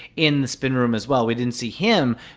in the spin room, as well. we didn't see him,